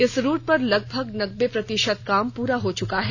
इस रूट पर लगभग नब्बे प्रतिशत काम पूरा हो चुका है